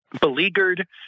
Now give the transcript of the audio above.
beleaguered